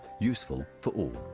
useful for all.